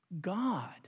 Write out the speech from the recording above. God